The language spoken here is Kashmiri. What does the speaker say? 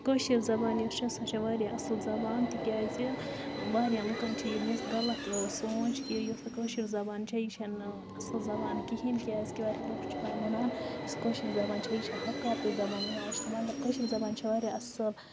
کٲشِر زَبان یۄس چھے سۄ چھےٚ واریاہ اَصٕل زَبان تِکیازِ واریاہَن لُکَن چھِ یہِ مس غَلط سونٛچ کہِ یۄس سۄ کٲشِر زَبان چھےٚ یہِ چھے نہٕ اَصٕل زَبان کِہیٖنۍ کیازِ کہِ واریاہ لُکھ چھِ پے وَنان یُس کٲشِر زَبان چھےٚ یہِ چھےٚ ہکارتچ زبان یِوان وٕچھنہٕ مَگر کٲشِر زَبان چھے واریاہ اَصٕل